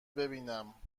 ببینم